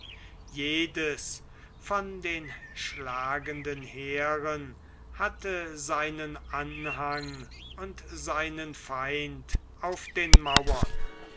jedes von den schlagenden heeren hatte seinen anhang und seinen feind auf den mauern